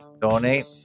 donate